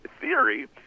theory